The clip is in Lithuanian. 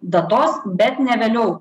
datos bet ne vėliau